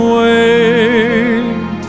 wait